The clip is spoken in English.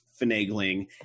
finagling